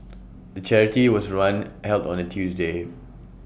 the charity was run held on A Tuesday